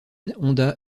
honda